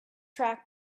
track